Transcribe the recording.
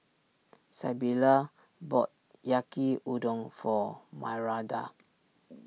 Sybilla bought Yaki Udon for Myranda